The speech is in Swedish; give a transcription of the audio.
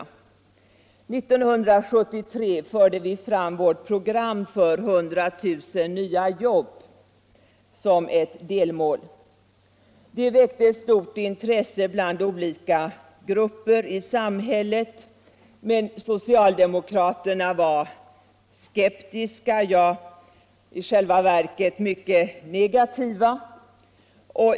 År 1973 förde vi fram vårt program med 100 000 nya jobb som ett delmål. Det väckte stort intresse bland olika grupper i samhället, men socialdemokraterna var skeptiska, ja, i själva verket mycket negativa.